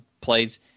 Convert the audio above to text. plays